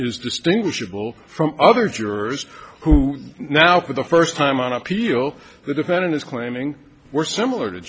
is distinguishable from other jurors who now for the first time on appeal the defendant is claiming were similar to